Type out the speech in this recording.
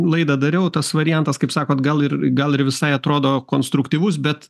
laidą dariau tas variantas kaip sakot gal ir gal ir visai atrodo konstruktyvus bet